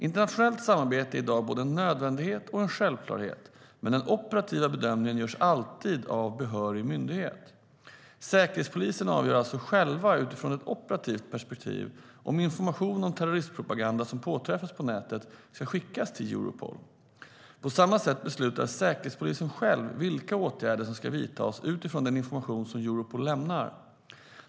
Internationellt samarbete är i dag både en nödvändighet och en självklarhet, men den operativa bedömningen görs alltid av behörig myndighet. Säkerhetspolisen avgör alltså själv, utifrån ett operativt perspektiv, om information om terrorismpropaganda som påträffats på nätet ska skickas till Europol. På samma sätt beslutar Säkerhetspolisen själv vilka åtgärder som ska vidtas utifrån den information som Europol lämnar.